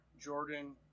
Jordan